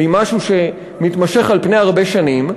היא משהו שמתמשך על פני הרבה שנים,